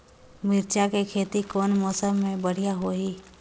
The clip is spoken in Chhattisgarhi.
मिरचा के खेती कौन मौसम मे बढ़िया होही?